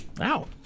Ow